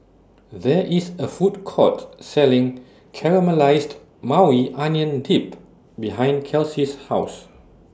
There IS A Food Court Selling Caramelized Maui Onion Dip behind Kelsey's House